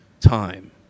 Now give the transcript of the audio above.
time